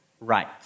right